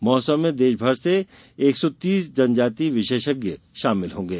महोत्सव में देशभर से एक सौ तीस जनजाति विशेषज्ञ शामिल होंगे